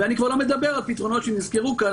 ואני כבר לא מדבר על פתרונות שנזכרו כאן.